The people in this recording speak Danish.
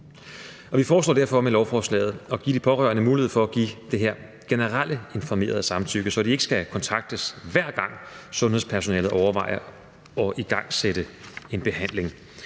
Vi foreslår derfor med lovforslaget at give de pårørende mulighed for at give det her generelle informerede samtykke, så de ikke skal kontaktes, hver gang sundhedspersonalet overvejer at igangsætte en behandling.